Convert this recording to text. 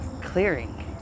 clearing